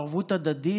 ערבות הדדית.